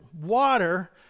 water